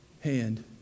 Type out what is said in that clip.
hand